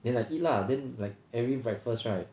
then I eat lah then like every breakfast right